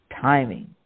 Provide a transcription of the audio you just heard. timing